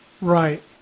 Right